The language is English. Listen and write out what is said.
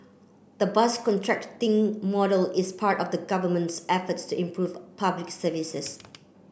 the bus contracting model is part of the government's efforts to improve Public Services